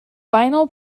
vinyl